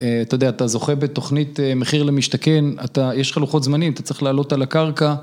אתה יודע, אתה זוכה בתוכנית מחיר למשתכן, אתה יש לך לוחות זמנים, אתה צריך לעלות על הקרקע